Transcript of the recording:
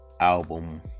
album